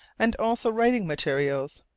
and also writing-materials.